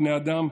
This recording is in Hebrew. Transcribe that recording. בני האדם,